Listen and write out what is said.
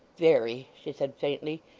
very, she said faintly.